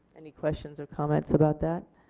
any questions or comments about that?